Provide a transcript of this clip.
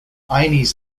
ines